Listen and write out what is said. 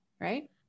right